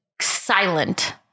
silent